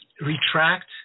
retract